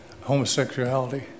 homosexuality